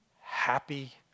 Happy